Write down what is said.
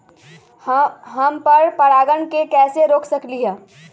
हम पर परागण के कैसे रोक सकली ह?